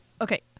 okay